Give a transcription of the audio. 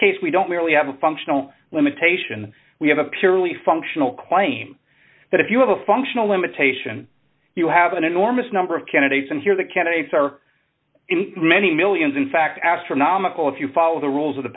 case we don't merely have a functional limitation we have a purely functional claim that if you have a functional limitation you have an enormous number of candidates and here the candidates are in many millions in fact astronomical if you follow the rules of the